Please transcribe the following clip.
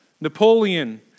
Napoleon